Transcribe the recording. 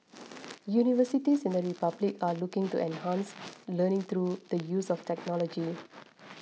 universities in the republic are looking to enhance learning through the use of technology